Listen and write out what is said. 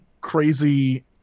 crazy